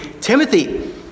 Timothy